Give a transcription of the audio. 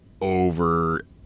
over